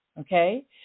Okay